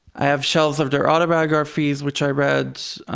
i have shelves of their autobiographies, which i read.